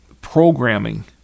Programming